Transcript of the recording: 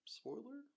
spoiler